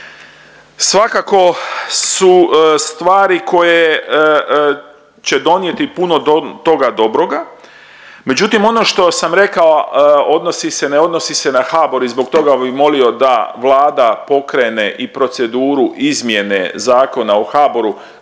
Svakako su stvari koje će donijeti puno toga dobroga, međutim ono što sam rekao odnosi se ne odnosi se na HBOR i zbog toga mi molio da Vlada pokrene i proceduru izmjene Zakona o HBOR-u